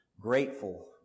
Grateful